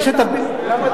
גם אתה.